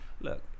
look